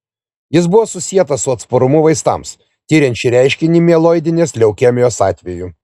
jis buvo susietas su atsparumu vaistams tiriant šį reiškinį mieloidinės leukemijos atveju